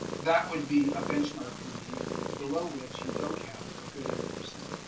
that would be a benchmark for me below rich. you don't have a good antep receipt